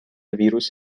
ویروس